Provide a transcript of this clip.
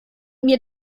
mir